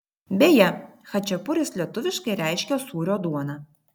beje chačiapuris lietuviškai reiškia sūrio duoną